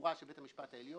הברורה של בית המשפט העליון,